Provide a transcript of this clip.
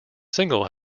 single